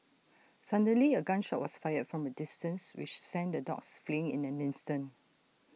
suddenly A gun shot was fired from A distance which sent the dogs fleeing in an instant